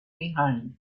behind